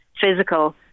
physical